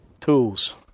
tools